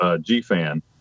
G-Fan